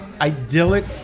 idyllic